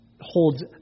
holds